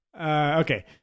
Okay